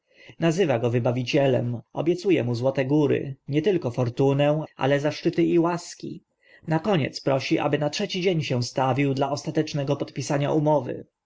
nazywa go wybawicielem obiecu e mu złote góry nie tylko fortunę ale zaszczyty i łaski na koniec prosi aby na trzeci dzień się stawił dla ostatecznego podpisania umowy